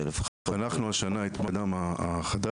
חנכנו השנה את בנק הדם החדש.